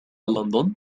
لندن